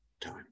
time